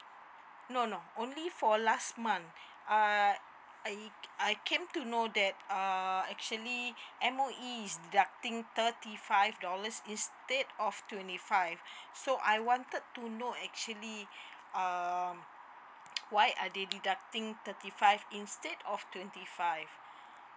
no no only for last month err I I came to know that err actually M_O_E is deducting thirty five dollars instead of twenty five so I wanted to know actually um why are they deducting thirty five instead of twenty five